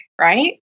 Right